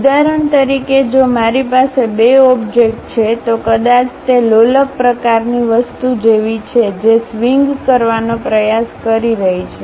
ઉદાહરણ તરીકે જો મારી પાસે બે ઓબજેકટ છે તો કદાચ તે લોલક પ્રકારની વસ્તુ જેવી છે જે સ્વિંગ કરવાનો પ્રયાસ કરી રહી છે